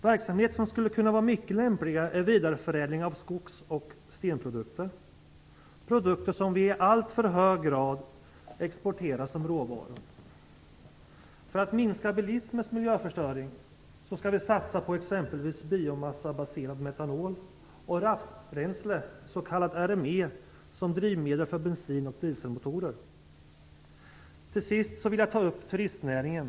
Verksamheter som skulle kunna var mycket lämpliga är vidareförädling av skogs och stenprodukter - produkter som vi i alltför hög grad exporterar som råvaror. För att minska bilismens miljöförstöring skall vi satsa på exempelvis biomassabaserad metanol och rapsbränsle, s.k. RME, som drivmedel för bensin och dieselmotorer. Till sist vill jag ta upp turistnäringen.